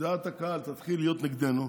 דעת הקהל תתחיל להיות נגדנו,